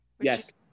Yes